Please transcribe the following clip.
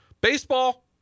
Baseball